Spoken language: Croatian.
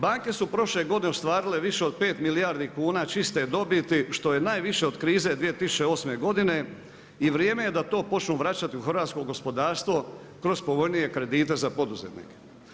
Banke su prošle godine ostvarile više od 5 milijardi kuna čiste dobiti što je najviše od krize 2008. godine i vrijeme je da to počnu vraćati u hrvatsko gospodarstvo kroz povoljnije kredite za poduzetnike.